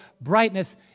brightness